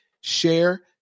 share